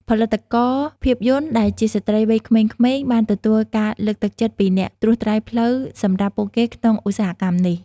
ផលិតករភាពយន្តដែលជាស្ត្រីវ័យក្មេងៗបានទទួលការលើកទឹកចិត្តពីអ្នកត្រួសត្រាយផ្លូវសម្រាប់ពួកគេក្នុងឧស្សាហកម្មនេះ។